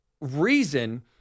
reason